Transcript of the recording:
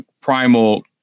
Primal